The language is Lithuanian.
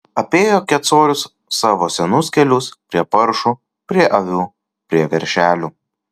apėjo kecorius savo senus kelius prie paršų prie avių prie veršelių